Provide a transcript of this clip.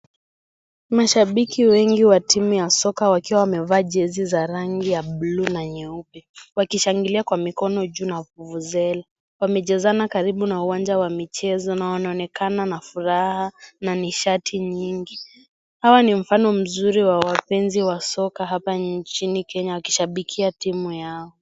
Mashabiki wengi wa timu wa soka wakiwa wamevaa jezi za rangi ya bluu na nyeupe wakishangilia Kwa mikono juu na vuvuzela Wamejazana karibu na uwanja wa michezo na wanaonekana na furaha na nishati nyingi. Hawa ni mfano mzuri wa wapenzi wa soma hapa nchini Kenya wakishabikia timu yao.